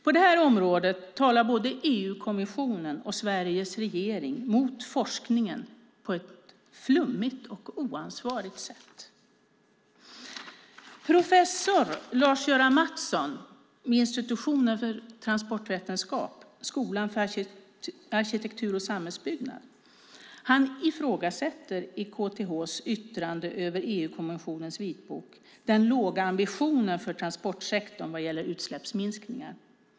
På det här området talar både EU-kommissionen och Sveriges regering mot forskningen på ett flummigt och oansvarigt sätt. Professor Lars-Göran Mattsson vid Institutionen för transportvetenskap, Skolan för arkitektur och samhällsbyggnad, ifrågasätter i KTH:s yttrande över EU-kommissionens vitbok den låga ambitionen för transportsektorn vad gäller utsläppsminskningar.